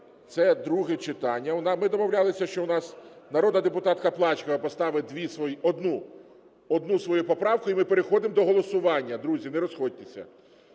(це друге читання). Ми домовлялися, що в нас народна депутатка Плачкова поставить дві свої... одну, одну свою поправку, і ми переходимо до голосування. Друзі, не розходьтеся.